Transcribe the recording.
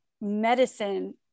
medicine